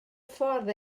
ffordd